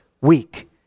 Weak